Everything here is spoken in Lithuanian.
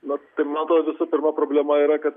na tai man atrodo visų pirma problema yra kad